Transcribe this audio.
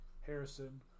Harrison